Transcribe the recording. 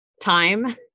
time